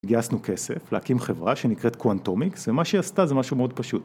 גייסנו כסף להקים חברה שנקראת קואנטומיקס ומה שעשתה זה משהו מאוד פשוט